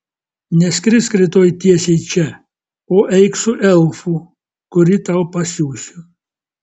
neskrisk rytoj tiesiai čia o eik su elfu kurį tau pasiųsiu